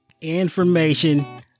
Information